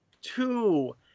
Two